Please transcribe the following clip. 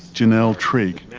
janelle trigg,